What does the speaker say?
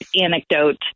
anecdote